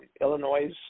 Illinois